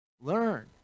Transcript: learn